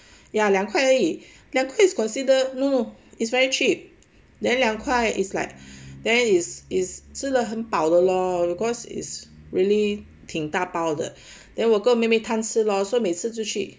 ya 两块而已两块 is consider um it's very cheap then 两快 is like is is 真的吃的很饱的咯 because it's really 挺大包的 then 我跟我妹妹贪吃咯 then 每次就去